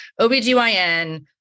OBGYN